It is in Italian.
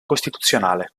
costituzionale